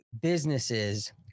businesses